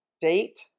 date